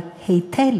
אבל היטל